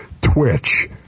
twitch